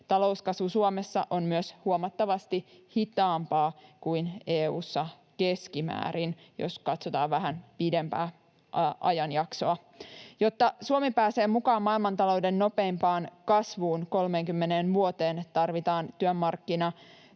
Talouskasvu Suomessa on myös huomattavasti hitaampaa kuin EU:ssa keskimäärin, jos katsotaan vähän pidempää ajanjaksoa. Jotta Suomi pääsee mukaan maailmantalouden nopeimpaan kasvuun 30 vuoteen, tarvitaan työmarkkina‑,